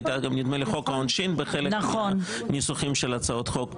היה גם חוק העונשין בחלק מהניסוחים של הצעות החוק,